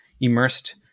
immersed